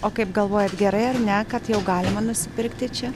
o kaip galvojat gerai ar ne kad jau galima nusipirkti čia